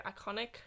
iconic